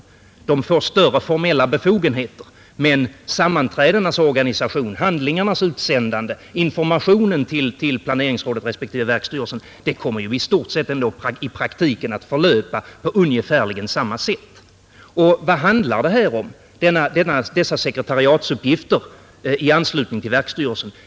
Styrelsen får större formella befogenheter, men sammanträdenas organisation, utsändandet av handlingar och informationen till planeringsråd respektive verksstyrelsen kommer i praktiken att förlöpa på i stort sett samma sätt som tidigare. Vad handlar för övrigt dessa sekretariatsuppgifter åt verksstyrelsen om?